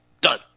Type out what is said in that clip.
done